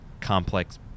complex